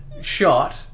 shot